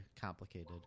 complicated